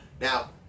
Now